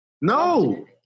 No